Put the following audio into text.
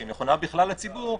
שהיא נכונה בכלל לציבור,